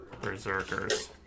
Berserkers